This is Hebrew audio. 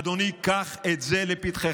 אדוני, קח את זה לפתחך.